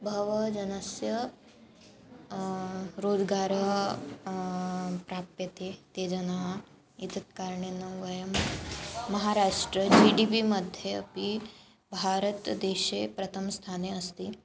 बहूनां जनानां रोज्गारः प्राप्यते ते जनाः एतेन कारणेन वयं महाराष्ट्रं जि डि बि मध्ये अपि भारतदेशे प्रथमस्थाने अस्ति